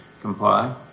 comply